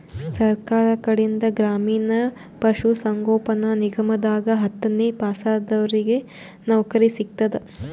ಸರ್ಕಾರ್ ಕಡೀನ್ದ್ ಗ್ರಾಮೀಣ್ ಪಶುಸಂಗೋಪನಾ ನಿಗಮದಾಗ್ ಹತ್ತನೇ ಪಾಸಾದವ್ರಿಗ್ ನೌಕರಿ ಸಿಗ್ತದ್